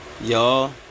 Y'all